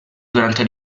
durante